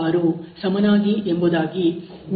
66 ಸಮನಾಗಿ ಎಂಬುದಾಗಿ μB ಯನ್ನು 0